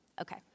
okay